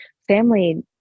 family